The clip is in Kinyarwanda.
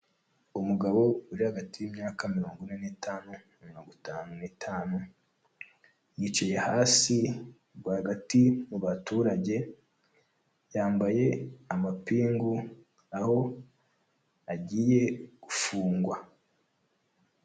Umugabo uri hagati y'imyaka mirongo ine n'itanu na mirongo itanu n'itanu, yicaye hasi rwagati mu baturage, yambaye amapingu aho agiye gufungwa.